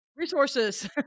Resources